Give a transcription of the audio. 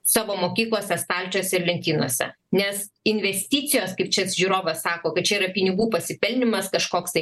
savo mokyklose stalčiuose ir lentynose nes investicijos kaip čia žiūrovas sako kad čia yra pinigų pasipelnymas kažkoksai